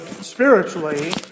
Spiritually